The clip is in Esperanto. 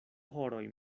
horoj